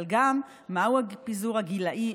אבל גם מהו פיזור הגילי,